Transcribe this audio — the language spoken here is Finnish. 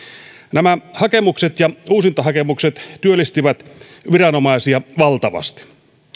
nämä hakemukset ja uusintahakemukset työllistivät viranomaisia valtavasti